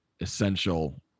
essential